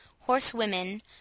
horsewomen